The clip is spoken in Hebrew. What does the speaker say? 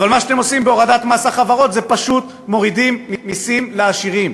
אבל מה שאתם עושים בהורדת מס החברות זה פשוט הורדת מסים לעשירים.